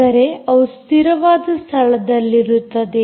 ಅಂದರೆ ಅವು ಸ್ಥಿರವಾದ ಸ್ಥಳದಲ್ಲಿರುತ್ತದೆ